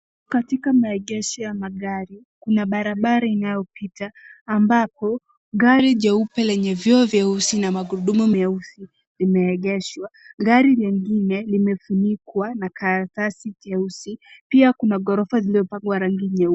Katika maegesho ya magari, kuna barabara inayopita ambapo gari jeupe lenye vioo vyeusi na magurudumu meusi limeegeshwa. Gari nyingine limefunikwa na karatasi jeusi, pia kuna ghorofa zimepakwa rangi nyeupe.